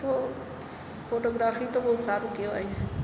તો ફોટોગ્રાફી તો બહુ સારું કહેવાય